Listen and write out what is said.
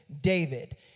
David